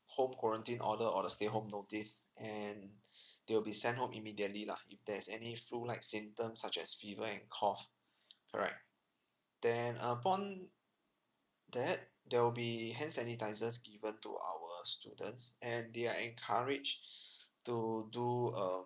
home quarantine order or the stay home notice and they will be sent home immediately lah if there's any flu like symptoms such as fever and cough correct then upon that there will be hand sanitisers given to our students and they are encouraged to do um